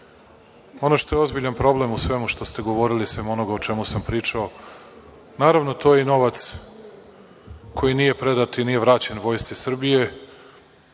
što je ozbiljan problem u svemu što ste govorili sem onoga o čemu sam pričao, naravno, to je i novac koji nije predat i nije vraćen Vojsci Srbije. Što